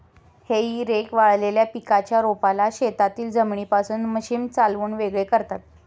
हेई रेक वाळलेल्या पिकाच्या रोपाला शेतातील जमिनीपासून मशीन चालवून वेगळे करतात